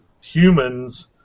human's